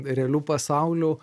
realiu pasauliu